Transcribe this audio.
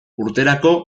urterako